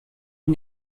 ihn